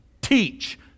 teach